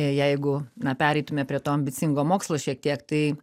jeigu na pereitume prie to ambicingo mokslo šiek tiek tai